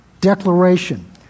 declaration